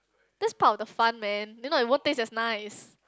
that's part of the fun man if not it won't taste as nice